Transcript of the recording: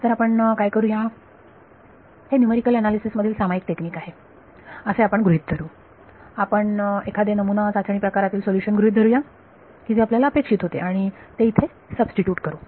तर आपण काय करूया हे न्यूमरिकल अनालिसिस मधील सामाईक टेक्निक आहे असे आपण गृहीत धरू आपण एखादे नमुना चाचणी प्रकारातील सोल्युशन गृहीत धरू या की जे आपल्याला अपेक्षित होते आणि ते इथे सबस्टिट्यूट करू